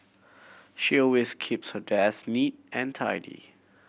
she always keeps her desk neat and tidy